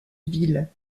ville